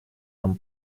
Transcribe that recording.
нам